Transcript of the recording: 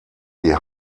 die